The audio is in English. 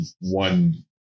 one